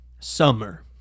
summer